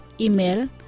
Email